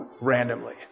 randomly